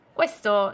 Questo